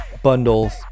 Bundles